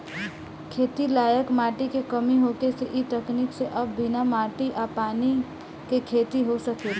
खेती लायक माटी के कमी होखे से इ तकनीक से अब बिना माटी आ पानी के खेती हो सकेला